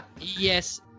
Yes